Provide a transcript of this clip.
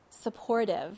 supportive